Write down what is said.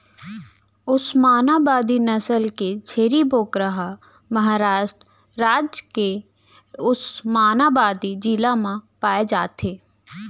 ओस्मानाबादी नसल के छेरी बोकरा ह महारास्ट राज के ओस्मानाबादी जिला म पाए जाथे